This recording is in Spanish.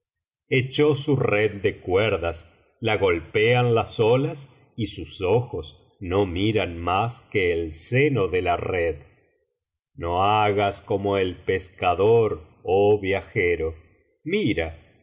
echó su red de cnerdas la golpean las olas y sus ojos no miran mas que el seno de la red no hagas como el pescador oh viajero mira